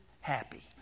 happy